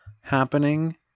happening